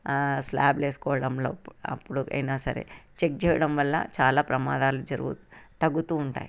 ఆ స్లాబ్లు వేసుకోవడంలో అప్పుడు అయినా సరే చెక్ చేయడం వల్ల చాలా ప్రమాదాలు జరుగు తగ్గుతూ ఉంటాయి